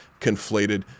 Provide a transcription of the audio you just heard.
conflated